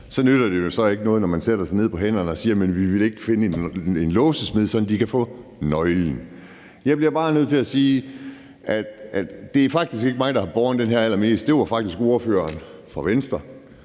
nytter det jo ikke noget, når man sætter sig på hænderne og siger: Men vi vil ikke finde en låsesmed, sådan at de kan få nøglen. Jeg bliver bare nødt til at sige, at det faktisk ikke er mig, der mest har båret det her frem; det er faktisk ordføreren for Venstre,